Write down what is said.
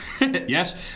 Yes